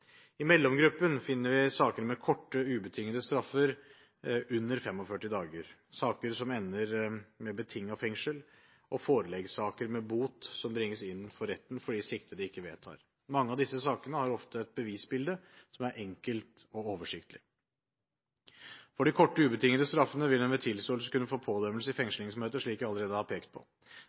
I mellomgruppen finner vi saker med korte, ubetingede straffer under 45 dager, saker som ender med betinget fengsel, og foreleggsaker med bot som bringes inn for retten, fordi siktede ikke vedtar. Mange av disse sakene har ofte et bevisbilde som er enkelt og oversiktlig. For de korte ubetingede straffene vil en ved tilståelse kunne få pådømmelse i fengslingsmøter, slik jeg allerede har pekt på.